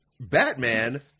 Batman